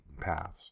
paths